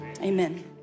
Amen